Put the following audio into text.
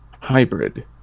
Hybrid